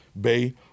Bay